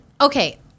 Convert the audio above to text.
Okay